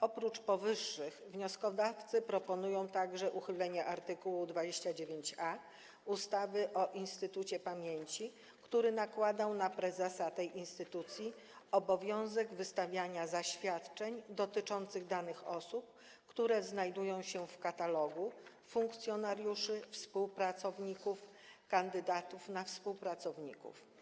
Oprócz powyższego wnioskodawcy proponują także uchylenie art. 29a ustawy o Instytutu Pamięci Narodowej, który nakładał na prezesa tej instytucji obowiązek wystawiania zaświadczeń dotyczących danych osób, które znajdują się w katalogu funkcjonariuszy, współpracowników i kandydatów na współpracowników.